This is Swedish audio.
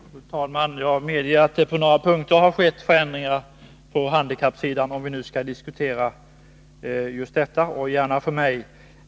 Fru talman! Jag medger att det på några punkter har skett förändringar på handikappsidan, om vi nu skall diskutera just detta — gärna för mig.